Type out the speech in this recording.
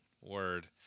Word